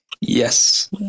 Yes